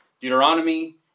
Deuteronomy